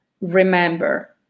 remember